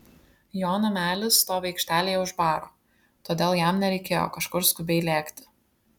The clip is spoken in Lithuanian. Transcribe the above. jo namelis stovi aikštelėje už baro todėl jam nereikėjo kažkur skubiai lėkti